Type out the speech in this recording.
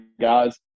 guys